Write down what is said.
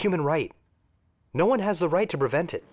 human right no one has a right to prevent it